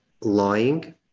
lying